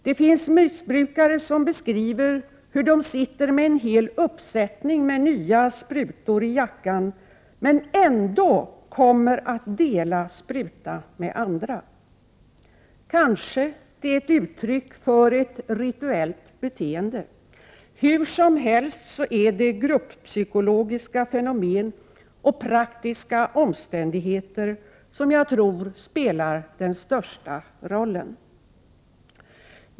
Det finns missbrukare som beskriver hur de sitter med en hel uppsättning med nya egna sprutor i jackan men ändå kommer att dela spruta med andra. Kanske det är ett uttryck för ett rituellt beteende. Hur som helst så är det grupp-psykologiska fenomen och praktiska omständigheter som spelar störst roll.